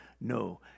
no